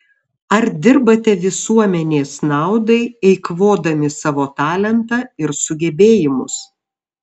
ar dirbate visuomenės naudai eikvodami savo talentą ir sugebėjimus